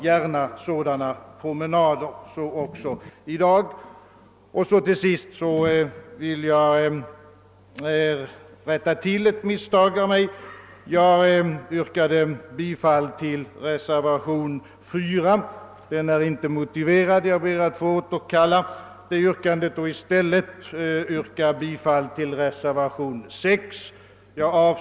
Herr Alemyr företar gärna sådana promenader.